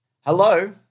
Hello